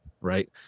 Right